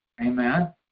Amen